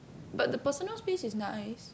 but the personal space is nice